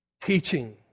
Teaching